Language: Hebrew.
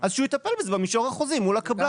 אז שהוא יטפל בזה במישור החוזי מול הקבלן.